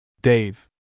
Dave